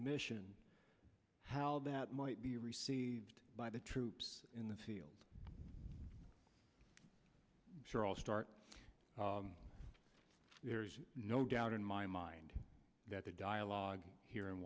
mission how that might be received by the troops in the field sure i'll start no doubt in my mind that the dialogue here in